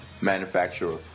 manufacturer